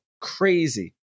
Crazy